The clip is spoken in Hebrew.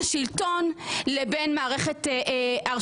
בתשובה לדברים שאמרתי ביחס לכלליות,